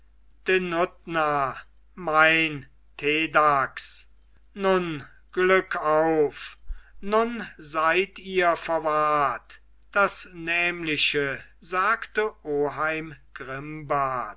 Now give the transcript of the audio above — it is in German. mein tedahcs nun glück auf nun seid ihr verwahrt das nämliche sagte oheim grimbart